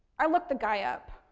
i looked the guy up.